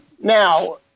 Now